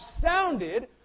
sounded